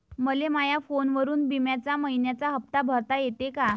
मले माया फोनवरून बिम्याचा मइन्याचा हप्ता भरता येते का?